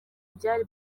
byari